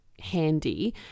handy